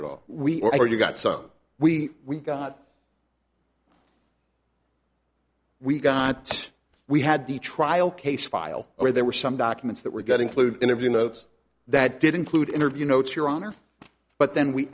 at all we already got so we got we got we had the trial case file or there were some documents that were getting clued interview notes that did include interview notes your honor but then we